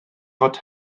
fod